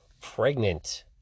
pregnant